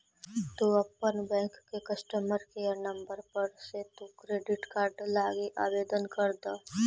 तु अपन बैंक के कस्टमर केयर नंबर पर से तु क्रेडिट कार्ड लागी आवेदन कर द